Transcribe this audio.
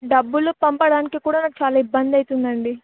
డబ్బులు పంపడానికి కూడా నాకు చాలా ఇబ్బంది అవుతుంది అండి